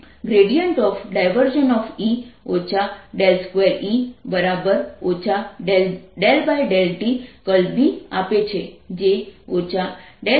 E 2E ∂tB આપે છે જે ∂t 00E∂t 002E2t છે